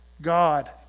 God